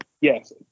yes